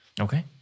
Okay